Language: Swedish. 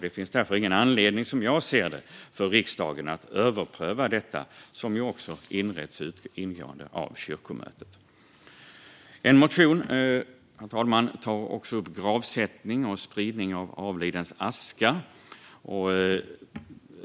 Det finns därför som jag ser det ingen anledning för riksdagen att överpröva detta, som också utretts ingående av kyrkomötet. Herr ålderspresident! En motion tar upp gravsättning och spridning av avlidens aska.